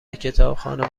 کتابخانه